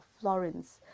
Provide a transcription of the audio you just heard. Florence